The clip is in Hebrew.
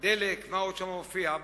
מה עוד שם מופיע,